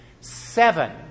seven